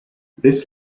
this